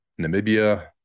Namibia